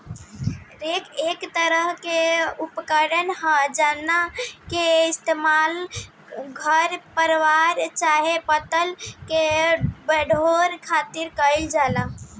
rake एक तरह के उपकरण ह जावना के इस्तेमाल खर पतवार चाहे पतई के बटोरे खातिर कईल जाला